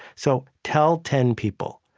so tell ten people.